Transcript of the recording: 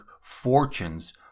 fortunes